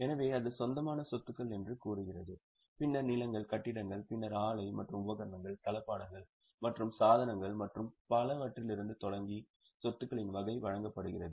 எனவே அது சொந்தமான சொத்துகள் என்று கூறுகிறது பின்னர் நிலங்கள் கட்டிடம் பின்னர் ஆலை மற்றும் உபகரணங்கள் தளபாடங்கள் மற்றும் சாதனங்கள் மற்றும் பலவற்றிலிருந்து தொடங்கி சொத்துக்களின் வகை வழங்கப்படுகிறது